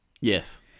Yes